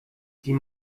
sieh